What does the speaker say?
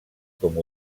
com